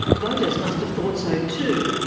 voters must have thought so too.